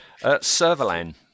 Servalan